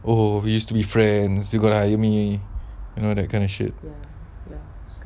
oh he use to be friends me he gonna hire me you know that kind of shit